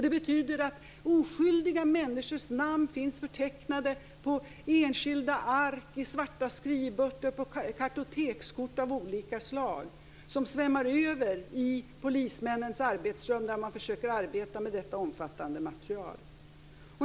Det betyder att oskyldiga människors namn finns förtecknade på enskilda ark, i svarta skrivböcker och på kartotekskort av olika slag som svämmar över polismännens arbetsrum där de försöker arbeta med detta omfattande material.